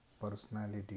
personality